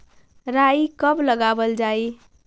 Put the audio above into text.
राई कब लगावल जाई?